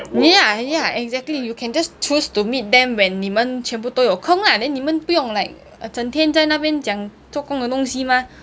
ya ya exactly you can just choose to meet them when 你们全部都有空啦 then 你们不用 like 整天在那边讲做工的东西嘛